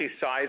size